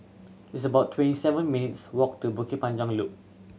it's about twenty seven minutes' walk to Bukit Panjang Loop